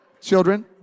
Children